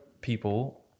people